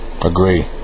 Agree